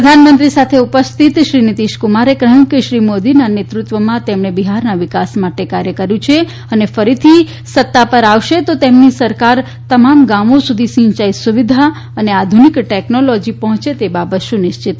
પ્રધાનમંત્રી સાથે ઉપસ્થિત શ્રી નીતિશકુમારે કહ્યું કે શ્રી મોદીના નેતૃત્વમાં તેમણે બિહારના વિકાસ માટે કાર્ય કર્યું છે અને ફરીથી સત્તા આવશે તો તેમની સરકાર તમામ ગામો સુધી સિંચાઇ સુવિધા અને આધુનિક ટેકનોલોજી પહોંચે તે બાબત સુનિશ્ચિત કરશે